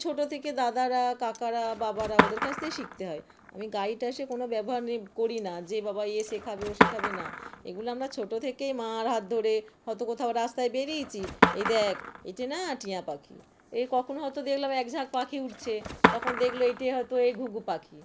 ছোট থেকে দাদারা কাকারা বাবারা ওদের কাছ থেকে শিখতে হয় আমি গাড়িটা সে কোনও ব্যবহার নি করি না যে বাবা এ শেখাবে ও শেখাবে না এগুলো আমরা ছোট থেকেই মার হাত ধরে হয়তো কোথাও রাস্তায় বেরিয়েছি এই দেখ এইটা না টিয়া পাখি এ কখনো হয়তো দেখলাম এক ঝাঁক পাখি উড়ছে তখন দেখলো এইটা হয়তো এ ঘুঘু পাখি